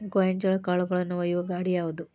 ಗೋಂಜಾಳ ಕಾಳುಗಳನ್ನು ಒಯ್ಯುವ ಗಾಡಿ ಯಾವದು?